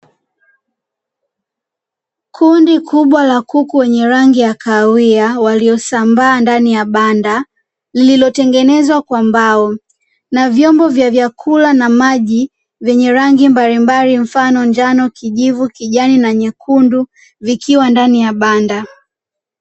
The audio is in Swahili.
Kundi kubwa la kuku wenye rangi ya kahawia waliosambaa ndani ya banda lililotengenezwa kwa mbao na vyombo vya vyakula na maji vyenye rangi mbalimbali mfano njano, kijivu, kijani na nyekundu vikiwa ndani ya banda.